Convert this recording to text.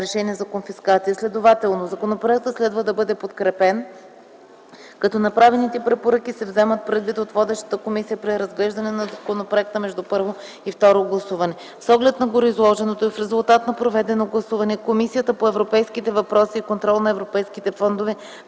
решения за конфискация. Следователно законопроектът следва да бъде подкрепен, като направените препоръки се вземат предвид от водещата комисия при разглеждане на законопроекта между първо и второ гласуване. С оглед на гореизложеното и в резултат на проведеното гласуване, Комисията по европейските въпроси и контрол на европейските фондове